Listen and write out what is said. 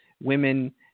Women